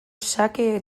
xake